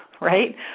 right